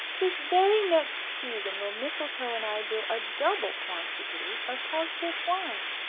this very next season will mistletoe and i brew a double quantity of cowslip wine.